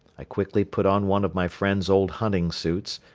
i quickly put on one of my friend's old hunting suits,